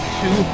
two